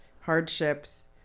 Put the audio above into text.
hardships